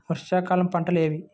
వర్షాకాలం పంటలు ఏవి?